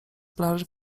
plaży